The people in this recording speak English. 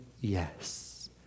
yes